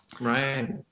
Right